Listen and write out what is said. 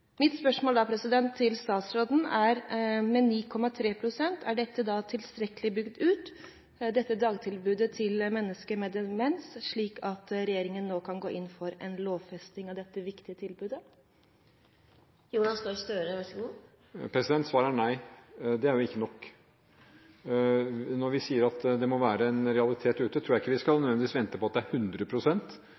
Mitt spørsmål til statsråden er om dagtilbudet til mennesker med demens – 9,3 pst. – er tilstrekkelig bygd ut, slik at regjeringen nå kan gå inn for en lovfesting av dette viktige tilbudet? Svaret er nei, det er ikke nok. Når vi sier at det må være en realitet, tror jeg ikke vi nødvendigvis skal vente på at det er